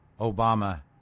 Obama